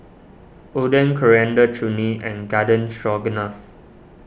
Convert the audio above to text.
Oden Coriander Chutney and Garden Stroganoff